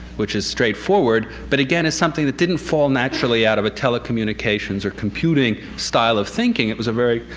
which is straightforward, but again, it's something that didn't fall naturally out of a telecommunications or computing style of thinking it was a very,